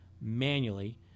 manually